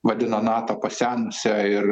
vadino nato pasenusia ir